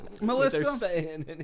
Melissa